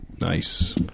Nice